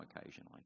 occasionally